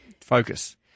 Focus